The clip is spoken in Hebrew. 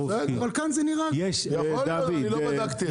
אבל כאן זה נראה --- יכול להיות, אני לא בדקתי.